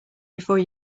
before